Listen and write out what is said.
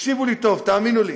תקשיבו לי טוב, תאמינו לי,